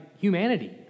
humanity